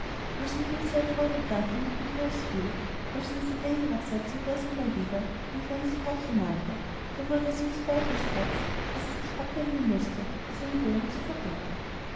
ihm erfreut und dankend um den hals fiel als sie ihn seit längerer zeit zum erstenmal wieder mein kleines pa'chen nannte da wurde es ihm so weich ums herz daß er sich abwenden mußte um seine rührung zu verbergen